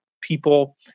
people